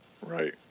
Right